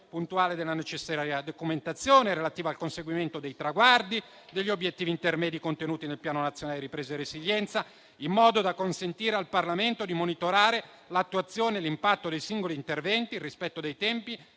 puntuale della necessaria documentazione relativa al conseguimento dei traguardi e degli obiettivi intermedi contenuti nel Piano nazionale di ripresa e resilienza, in modo da consentire al Parlamento di monitorare l'attuazione e l'impatto dei singoli interventi, il rispetto dei tempi